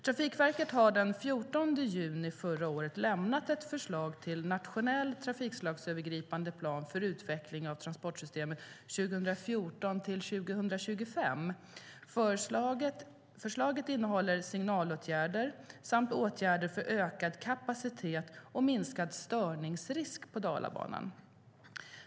Trafikverket har den 14 juni förra året lämnat ett förslag till nationell trafikslagsövergripande plan för utveckling av transportsystemet 2014-2025. Förslaget innehåller signalåtgärder samt åtgärder för ökad kapacitet och minskad störningsrisk på Dalabanan.